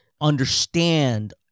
understand